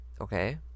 Okay